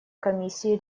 комиссии